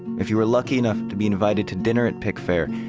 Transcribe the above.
if you are lucky enough to be invited to dinner at pickfair,